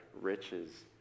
riches